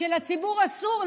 כשלציבור אסור,